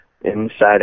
inside